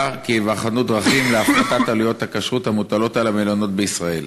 כי ייבחנו דרכים להפחתת עלויות הכשרות המוטלות על המלונות בישראל.